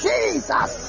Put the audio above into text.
Jesus